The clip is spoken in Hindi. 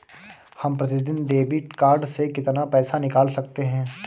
हम प्रतिदिन डेबिट कार्ड से कितना पैसा निकाल सकते हैं?